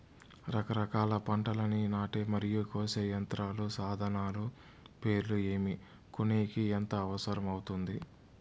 రకరకాల పంటలని నాటే మరియు కోసే యంత్రాలు, సాధనాలు పేర్లు ఏమి, కొనేకి ఎంత అవసరం అవుతుంది?